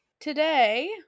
today